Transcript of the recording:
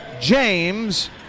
James